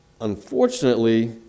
unfortunately